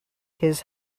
his